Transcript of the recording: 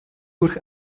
durch